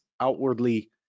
outwardly